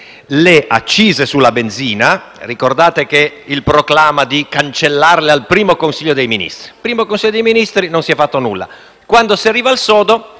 le accise sulla benzina. Ricordate il proclama di cancellarle al primo Consiglio dei ministri: in quell'occasione non si è fatto nulla, quando si arriva al sodo